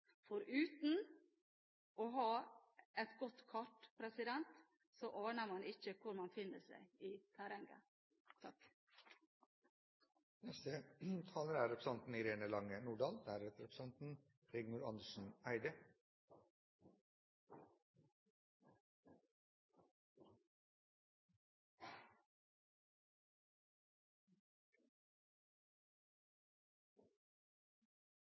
for uten å ha et godt kart, aner man ikke hvor man befinner seg i